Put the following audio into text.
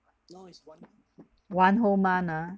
one whole month ah